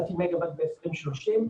8,000 מגה-ואט ב-2030.